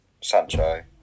Sancho